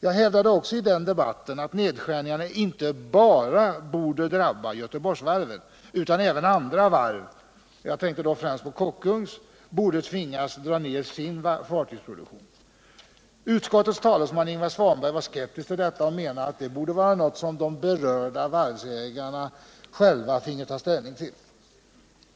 Jag hävdade också i den debatten att nedskärningarna inte bara borde drabba Göteborgsvarven utan att även andra varv — jag tänkte då främst på Kockums — borde tvingas dra ned sin fartygsproduktion. Utskottets talesman Ingvar Svanberg var skeptisk till detta och menade att det borde vara något som berörda varvsägare själva finge ta ställning till.